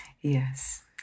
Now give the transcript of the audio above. Yes